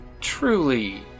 truly